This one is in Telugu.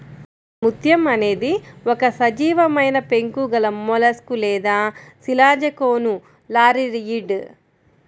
ఒకముత్యం అనేది ఒక సజీవమైనపెంకు గలమొలస్క్ లేదా శిలాజకోనులారియిడ్